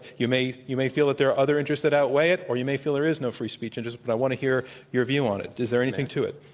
you may you may feel that there are other interests that outweigh it, or you may feel there is no free speech and just but i want to hear your view on it. is there anything to it?